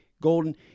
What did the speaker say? golden